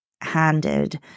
handed